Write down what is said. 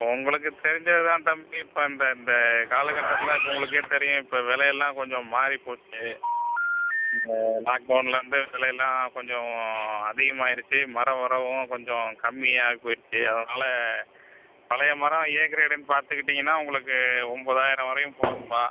உங்களுக்கு தெரிந்தது தான் தம்பி இப்போ அந்த இந்த காலகட்டத்தில் இப்போ உங்களுக்கே தெரியும் இப்போ விலையெல்லாம் கொஞ்சம் மாறிப்போச்சு இந்த லாக்டவுன்லேருந்து விலையெல்லாம் கொஞ்சம் அதிகமாகிடுச்சி மரம் வரவும் கொஞ்சம் கம்மியாகி போயிடுச்சி அதனால் பழைய மரம் ஏ கிரேடுன்னு பார்த்துக்கிட்டீங்கன்னா உங்களுக்கு ஒன்பதாயிரம் வரையும் போகும்ப்பா